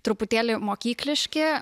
truputėlį mokykliški